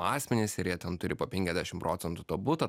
asmenys ir jie ten turi po penkiasdešim procentų to buto